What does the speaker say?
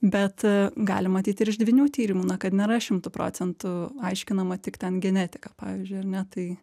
bet galim matyt ir iš dvynių tyrimų na kad nėra šimtu procentų aiškinama tik ten genetika pavyzdžiui ar ne tai